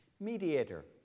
Mediator